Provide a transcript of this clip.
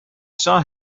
saw